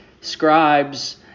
scribes